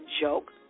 joke